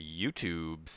youtubes